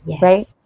Right